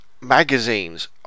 Magazines